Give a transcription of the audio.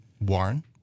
Warren